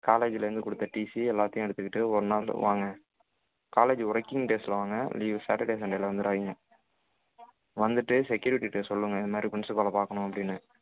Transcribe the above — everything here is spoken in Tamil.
காலேஜிலாம் இருந்து கொடுத்த டிசி எல்லத்தையும் எடுத்துகிட்டு ஒரு நாள் வாங்க காலேஜ் வொர்க்கிங் டேஸில் வாங்க சாட்டர்டே சண்டேவில வந்துராதிங்க வந்துவிட்டு செக்கியுரிட்டிகிட்ட சொல்லுங்கள் இந்த மாதிரி பிரின்ஸ்பல்லை பாக்கணும் அப்படினு